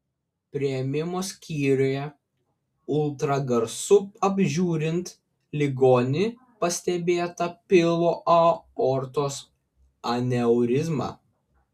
priėmimo skyriuje ultragarsu apžiūrint ligonį pastebėta pilvo aortos aneurizma